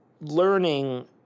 learning